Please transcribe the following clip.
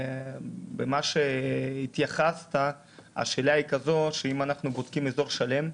השאלה למה שהתייחסת אליו היא כזאת: אם אנחנו בודקים אזור שלם,